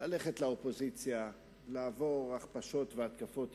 ללכת לאופוזיציה, לעבור הכפשות והתקפות אישיות,